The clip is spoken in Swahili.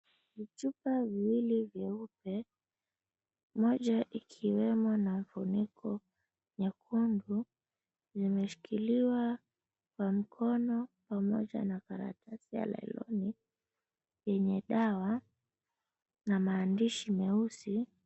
Chupa viwili vieupe moja ikiwemo na funiko nyekundu. Zimeshikiliwa kwa mkono pamoja na karatasi ya nailoni yenye dawa na mahandishi meusi.